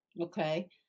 Okay